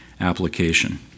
application